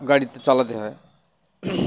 গাড়িতে চালাতে হয়